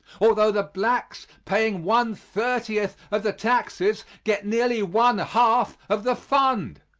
although the blacks, paying one-thirtieth of the taxes, get nearly one-half of the fund.